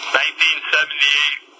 1978